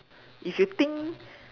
if you think